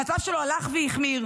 המצב שלו הלך והחמיר,